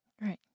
Right